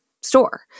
store